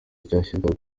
cyashyizwe